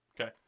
Okay